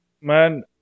Man